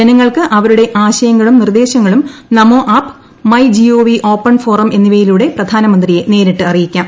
ജനങ്ങൾക്ക് അവരുടെ ആശയങ്ങളും നിർദ്ദേശങ്ങളും Namo app my gov open forum എന്നിവയിലൂടെ പ്രധാനമന്ത്രി നേരിട്ടറിയിക്കാം